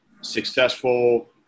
successful